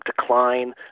decline